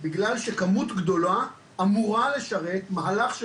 אלא בגלל שכמות גדולה אמורה לשרת מהלך של